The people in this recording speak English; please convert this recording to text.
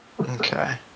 Okay